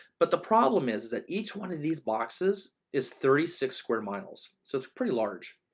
but the problem is is that each one of these boxes is thirty six square miles, so it's pretty large.